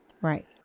Right